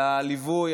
על הליווי,